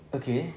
okay